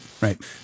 Right